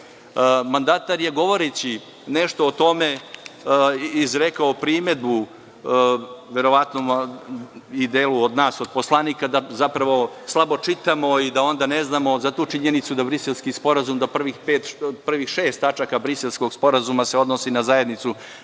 KiM.Mandatar je govoreći nešto o tome izrekao primedbu, verovatno i delu naših poslanika da zapravo slabo čitamo i da ne znamo za tu činjenicu da Briselski sporazum, da prvih šest tačaka Briselskog sporazuma se odnosi na Zajednicu